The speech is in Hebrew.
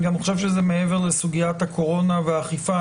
אני חושב שזה גם מעבר לסוגיית הקורונה והאכיפה,